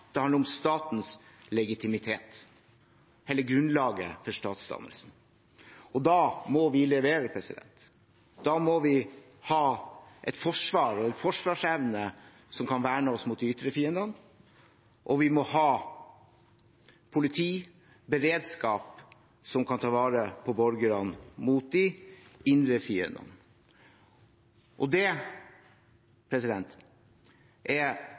det handler om statens legitimitet, hele grunnlaget for statsdannelsen. Da må vi levere. Da må vi ha et forsvar og en forsvarsevne som kan verne oss mot de ytre fiendene, og vi må ha politi og beredskap som kan ta vare på borgerne mot de indre fiendene. Det er